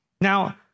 Now